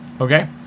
Okay